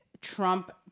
Trump